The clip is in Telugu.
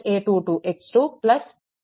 a2nxn b2